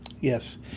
Yes